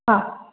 हा